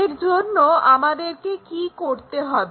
এর জন্য আমাদেরকে কি করতে হবে